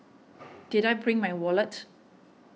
did I bring my wallet